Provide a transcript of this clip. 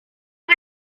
una